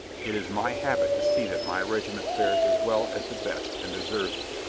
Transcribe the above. it is my habit to see that my regiment fares as well as the best and deserves it.